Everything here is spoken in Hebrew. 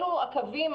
אלה הקווים.